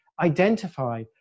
identify